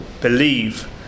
believe